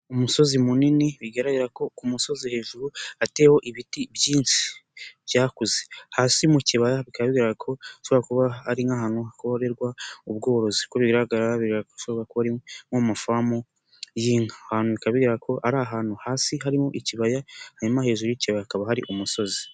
Umusozi munini bigaragara ko ku musozi hejuru hateho ibiti byinshi byakuze, hasi mu kibaya bikaba bigaragara ko hashobora kuba ari nk'ahantu hakorerwa ubworozi, uko bigaragara bigaragara ko ashobora kuba Ari mko mu ifamu y'inka, ahantu bika bigaragara ko ari ahantu hasi harimo ikibaya, hanyuma hejuru y'ikibaya hakaba hari umusozi.